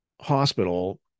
Hospital